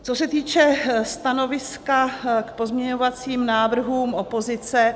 Co se týče stanoviska k pozměňovacím návrhům opozice.